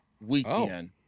weekend